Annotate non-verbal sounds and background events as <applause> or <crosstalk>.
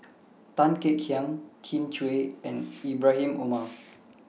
Tan Kek Hiang Kin Chui and Ibrahim <noise> Omar